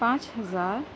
پانچ ہزار